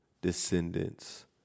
descendants